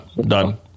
Done